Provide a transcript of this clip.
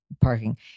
parking